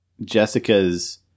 Jessica's